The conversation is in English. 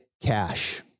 cash